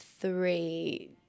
three